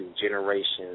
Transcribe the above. generations